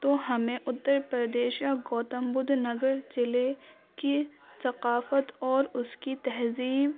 تو ہمیں اتر پریش میں گوتم بدھ نگر ضلعے کی ثقافت اور اس کی تہذیب